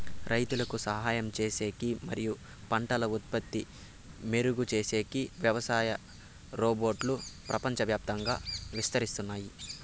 రైతులకు సహాయం చేసేకి మరియు పంటల ఉత్పత్తి మెరుగుపరిచేకి వ్యవసాయ రోబోట్లు ప్రపంచవ్యాప్తంగా విస్తరిస్తున్నాయి